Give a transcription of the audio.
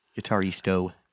Guitaristo